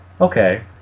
Okay